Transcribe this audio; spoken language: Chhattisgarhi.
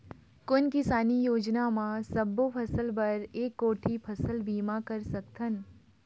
कोन किसानी योजना म सबों फ़सल बर एक कोठी फ़सल बीमा कर सकथन?